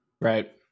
Right